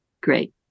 great